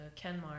Kenmar